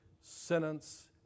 sentence